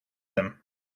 them